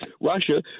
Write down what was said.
Russia